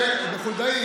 זה חולדאי,